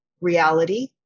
reality